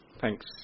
Thanks